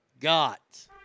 got